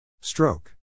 Stroke